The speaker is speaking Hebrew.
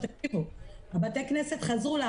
תקשיבו, בתי-כנסת חזרו.